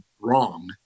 wrong